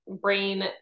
brain